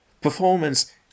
performance